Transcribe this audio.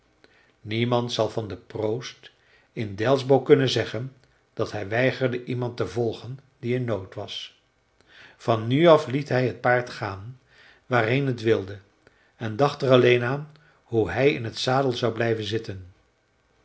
niemand zal van den proost in delsbo kunnen zeggen dat hij weigerde iemand te volgen die in nood was van nu af liet hij het paard gaan waarheen het wilde en dacht er alleen aan hoe hij in het zadel zou blijven zitten